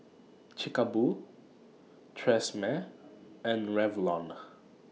Chic A Boo Tresemme and Revlon